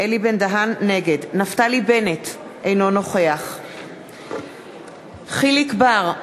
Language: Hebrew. נגד נפתלי בנט, אינו נוכח יחיאל חיליק בר,